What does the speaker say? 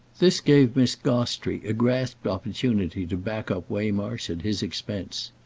this gave miss gostrey a grasped opportunity to back up waymarsh at his expense.